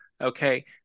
okay